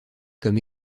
comme